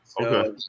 Okay